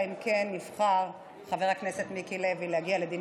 אלא אם כן יבחר חבר הכנסת מיקי לוי להגיע לדין